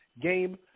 game